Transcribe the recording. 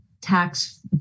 tax